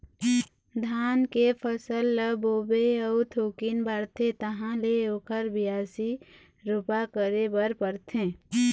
धान के फसल ल बोबे अउ थोकिन बाढ़थे तहाँ ले ओखर बियासी, रोपा करे बर परथे